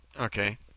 okay